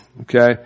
okay